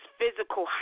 physical